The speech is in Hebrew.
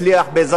בעזרת השם,